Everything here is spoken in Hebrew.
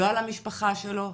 לא על המשפחה שלו,